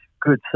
good